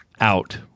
out